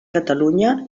catalunya